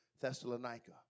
Thessalonica